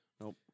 Nope